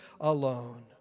alone